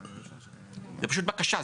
זה פשוט בקשה,